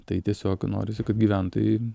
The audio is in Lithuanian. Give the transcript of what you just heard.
tai tiesiog norisi kad gyventojai